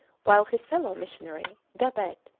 while his fellow-missionary, gabet,